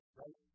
right